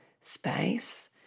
space